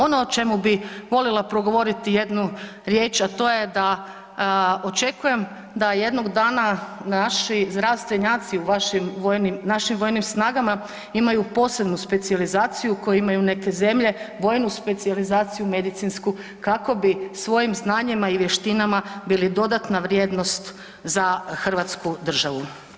Ono o čemu bi volila progovoriti jednu riječ a to je da očekujem da jednog dana naši zdravstvenjaci u našim vojnim snagama imaju posebnu specijalizaciju koje imaju neke zemlje, vojnu specijalizaciju medicinsku kako bi svojim znanjima i vještinama bili dodatna vrijednost za hrvatsku državu.